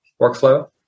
workflow